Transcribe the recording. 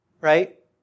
right